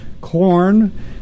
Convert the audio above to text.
corn